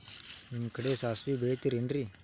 ನಿಮ್ಮ ಕಡೆ ಸಾಸ್ವಿ ಬೆಳಿತಿರೆನ್ರಿ?